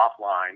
offline